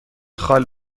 خال